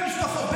במשפחות,